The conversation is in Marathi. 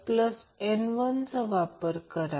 तर फक्त ही सर्व मूल्य येथे भरा